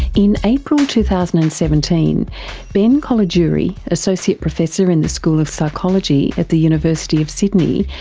in april two thousand and seventeen ben colagiuri, associate professor in the school of psychology at the university of sydney,